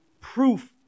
proof